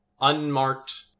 unmarked